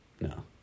no